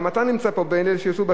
גם אתה נמצא פה בין אלו שהציעו,